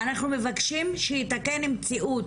אנחנו מבקשים שייתקן למציאות,